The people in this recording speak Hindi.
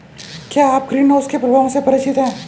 क्या आप ग्रीनहाउस के प्रभावों से परिचित हैं?